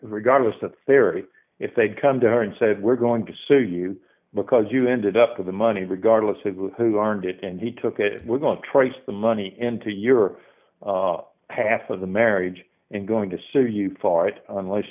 regardless of theri if they'd come to her and said we're going to so you because you ended up with the money regardless of who aren't it and he took it we're going to trace the money into your half of the marriage and going to sue you for it unless